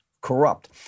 corrupt